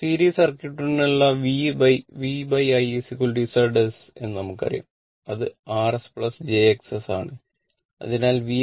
series സർക്യൂട്ടിനുള്ള VI Z s എന്ന് നമുക്കറിയാം അത് Rs jXs ആണ് അതിനാൽ VIRs j I Xs